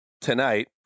tonight